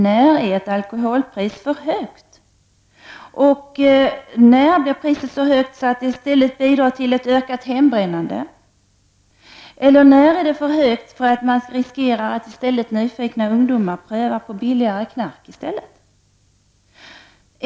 När är ett alkoholpris för högt, så att det i stället lockar till en ökad hembränning eller leder till en risk att framför allt nyfikna ungdomar provar på billigare knark i stället?